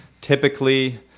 Typically